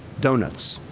donuts,